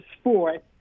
sport